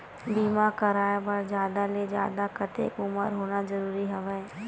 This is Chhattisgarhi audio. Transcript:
बीमा कराय बर जादा ले जादा कतेक उमर होना जरूरी हवय?